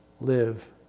live